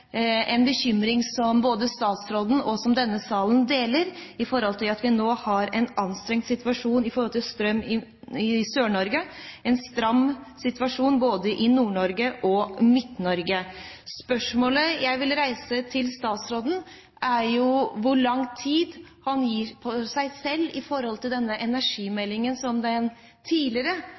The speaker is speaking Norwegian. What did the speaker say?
en bekymring som både statsråden og denne salen deler. Vi har nå en anstrengt situasjon når det gjelder strøm i Sør-Norge, og en stram situasjon både i Nord-Norge og i Midt-Norge. Spørsmålet jeg vil reise til statsråden, er: Hvor lang tid gir han seg selv med tanke på denne energimeldingen, som den tidligere